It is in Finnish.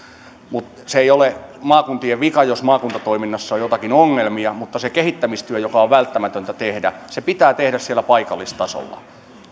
se ei ole maakuntien vika jos maakuntatoiminnassa on jotakin ongelmia mutta se kehittämistyö joka on välttämätöntä tehdä pitää tehdä siellä paikallistasolla